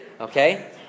okay